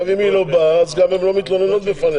אם היא לא באה אז גם הן לא מתלוננות בפניה.